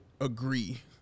agree